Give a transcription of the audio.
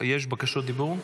--- יש בקשות דיבור?